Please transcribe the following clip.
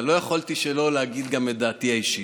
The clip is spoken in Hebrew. אבל לא יכולתי שלא להגיד גם את דעתי האישית.